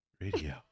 radio